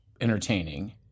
entertaining